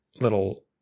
little